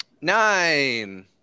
Nine